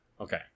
Okay